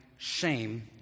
Shame